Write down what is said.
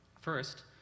first